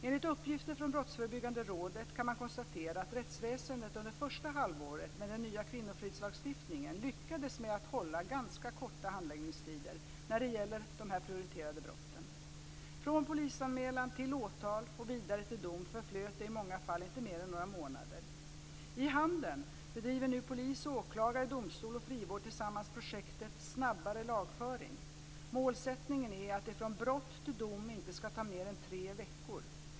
Enligt uppgifter från Brottsförebyggande rådet kan man konstatera att rättsväsendet under första halvåret med den nya kvinnofridslagstiftningen lyckades med att hålla ganska korta handläggningstider när det gäller dessa prioriterade brott. Från polisanmälan till åtal och vidare till dom förflöt det i många fall inte mer än några månader. I Handen bedriver nu polis, åklagare, domstol och frivård tillsammans projektet Snabbare lagföring. Målsättningen är att det från brott till dom inte ska ta mer än tre veckor.